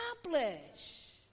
accomplish